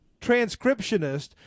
transcriptionist